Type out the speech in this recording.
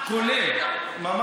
כולל.